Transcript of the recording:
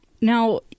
Now